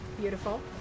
Beautiful